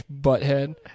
butthead